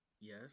Yes